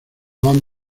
van